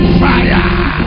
fire